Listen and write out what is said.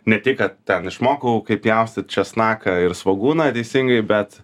ne tik kad ten išmokau kaip pjaustyt česnaką ir svogūną teisingai bet